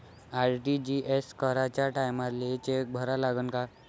RTGS कराच्या टायमाले cheque भरा लागन का?